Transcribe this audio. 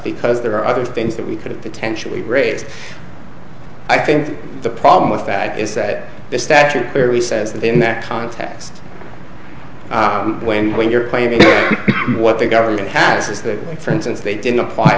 because there are other things that we could potentially raise i think the problem with that is that the statute barry says that in that context when when you're claiming what the government has is that for instance they didn't apply